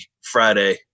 Friday